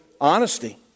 honesty